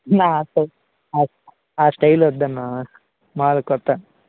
నా స్ట ఆ స్టైల్ వద్దు అన్న మా వాళ్లకు కొత్త